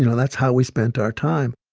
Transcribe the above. you know that's how we spent our time